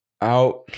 Out